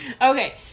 okay